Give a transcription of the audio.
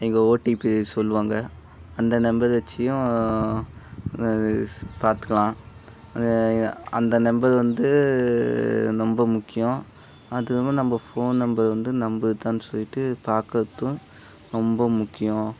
இங்கே ஓடிபி சொல்லுவாங்க அந்த நம்பர் வச்சுயும் பார்த்துக்கலாம் அந்த அந்த நம்பர் வந்து ரொம்ப முக்கியம் அதற்கப்பறம் நம்ப ஃபோன் நம்பர் வந்து நம்பளுதுதான்னு சொல்லிவிட்டு பார்க்கறதும் ரொம்ப முக்கியம்